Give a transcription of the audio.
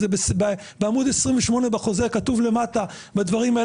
ובעמוד 28 בחוזה כתוב למטה את הדברים,